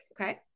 okay